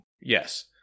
Yes